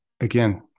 again